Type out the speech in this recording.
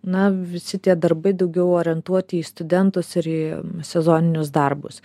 na visi tie darbai daugiau orientuoti į studentus ir į sezoninius darbus